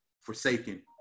forsaken